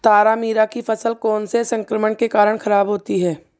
तारामीरा की फसल कौनसे कीट संक्रमण के कारण खराब होती है?